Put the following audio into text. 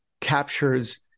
captures